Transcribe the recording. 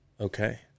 Okay